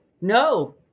no